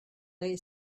lay